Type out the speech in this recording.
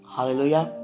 Hallelujah